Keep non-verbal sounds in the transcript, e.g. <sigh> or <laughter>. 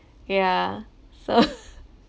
ya so <laughs>